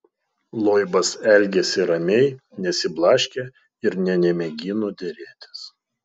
loibas elgėsi ramiai nesiblaškė ir nė nemėgino derėtis